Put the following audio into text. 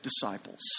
disciples